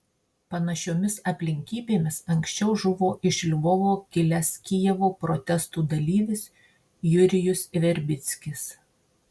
panašiomis aplinkybėmis anksčiau žuvo iš lvovo kilęs kijevo protestų dalyvis jurijus verbickis